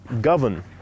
govern